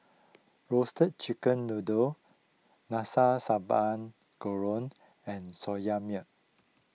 Roasted Chicken Noodle Nasi Sambal Goreng and Soya Milk